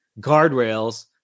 guardrails